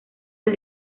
del